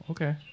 Okay